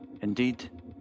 Indeed